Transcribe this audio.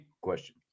question